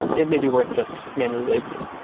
it may be worth just manually labeling.